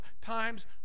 times